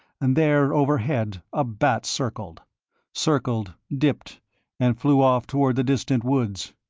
and there overhead a bat circled circled dipped and flew off toward the distant woods.